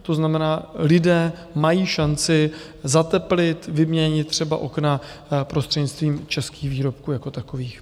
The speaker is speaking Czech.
To znamená, lidé mají šanci zateplit, vyměnit třeba okna prostřednictvím českých výrobků jako takových.